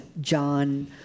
John